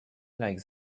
like